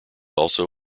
also